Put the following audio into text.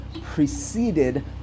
preceded